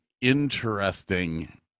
interesting